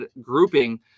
grouping